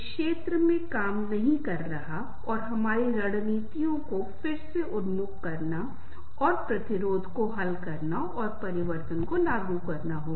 संचार यदि आप संवाद नहीं कर रहे हैं तो हम संबंध विकसित नहीं कर सकते हैं कैसे संबंध विकसित कर सकते हैं यदि आप किसी के साथ संबंध विकसित करना चाहते हैं तो हमें संवाद करना होगा हमें अपने आप को व्यक्त करना होगा चीजें अपने आप नहीं होंगी